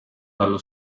dallo